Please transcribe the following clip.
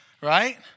Right